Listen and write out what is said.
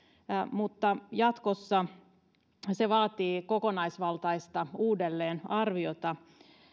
mutta jatkossa koko laki vaatii kokonaisvaltaista uudelleenarviota